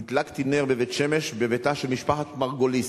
הדלקתי נר בבית-שמש, בביתה של משפחת מרגוליס,